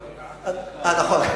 נכון.